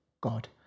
God